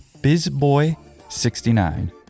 bizboy69